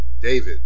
David